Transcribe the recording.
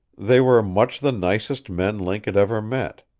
they were much the nicest men link had ever met.